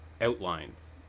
outlines